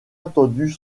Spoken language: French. entendu